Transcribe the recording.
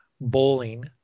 bowling